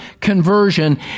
conversion